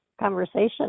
conversation